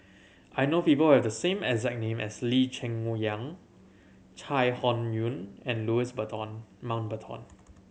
I know people have the same exact name as Lee Cheng Yang Chai Hon Yoong and Louis Mountbatten